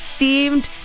themed